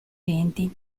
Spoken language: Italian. venti